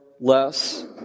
less